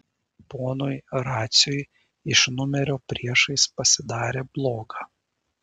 ponui raciui iš numerio priešais pasidarė bloga